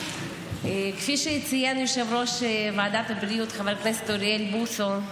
כפי שציין יושב-ראש ועדת הבריאות חבר הכנסת אוריאל בוסו,